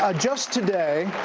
ah just today,